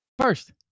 First